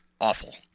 awful